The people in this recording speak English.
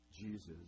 Jesus